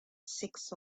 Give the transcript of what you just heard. six